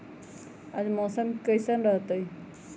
आज मौसम किसान रहतै?